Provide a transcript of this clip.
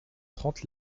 trente